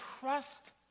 trust